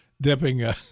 dipping